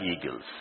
eagles